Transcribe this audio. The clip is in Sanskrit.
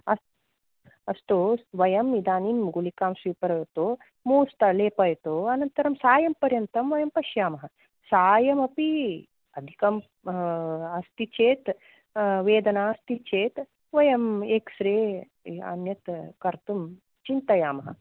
अस् अस्तु वयम् इदानीं गुलिकां स्वीकरोतु मूव् लेपयतु अनन्तरं सायं पर्यन्तं वयं पश्यामः सायमपि अधिकम् अस्ति चेत् वेदना अस्ति चेत् वयं एक्स् रे अन्यत् कर्तुं चिन्तयामः